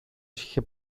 είχε